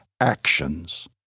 actions